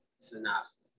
synopsis